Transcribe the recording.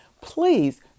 please